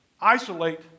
isolate